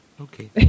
Okay